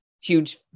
huge